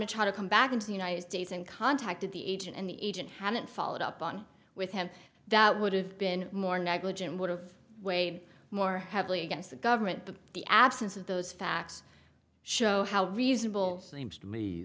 try to come back into the united states and contacted the agent and the agent hadn't followed up on with him that would have been more negligent would've weighed more heavily against the government but the absence of those facts show how reasonable seems to me